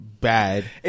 bad